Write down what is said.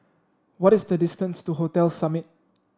what is the distance to Hotel Summit